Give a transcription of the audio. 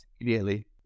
immediately